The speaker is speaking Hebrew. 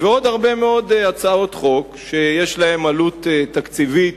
ועוד הרבה מאוד הצעות חוק שיש להן עלות תקציבית